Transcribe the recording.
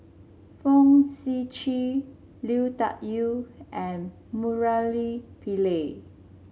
Fong Sip Chee Lui Tuck Yew and Murali Pillai